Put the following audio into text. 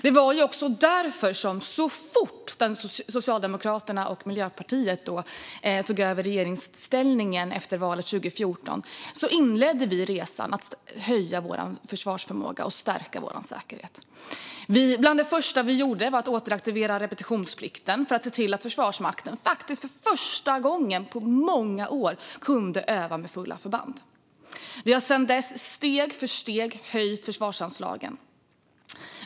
Det var också därför som vi i Socialdemokraterna och Miljöpartiet så fort vi tog över regeringsmakten efter valet 2014 inledde resan mot att höja vår försvarsförmåga och stärka vår säkerhet. Bland det första vi gjorde var att återaktivera repetitionsplikten för att se till att Försvarsmakten för första gången på många år kunde öva med fulla förband. Vi har sedan dess steg för steg höjt försvarsanslagen.